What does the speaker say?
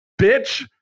Bitch